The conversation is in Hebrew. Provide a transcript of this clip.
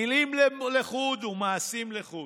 מילים לחוד ומעשים לחוד.